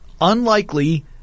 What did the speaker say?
unlikely